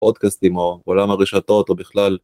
פודקאסטים או עולם הרשתות או בכלל.